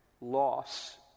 loss